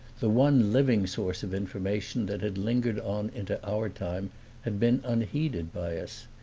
the one living source of information that had lingered on into our time had been unheeded by us.